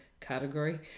category